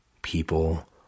People